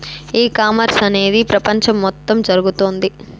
ఈ కామర్స్ అనేది ప్రపంచం మొత్తం జరుగుతోంది